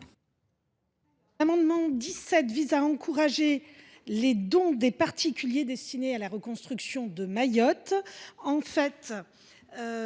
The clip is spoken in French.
amendement vise à encourager les dons des particuliers destinés à la reconstruction de Mayotte.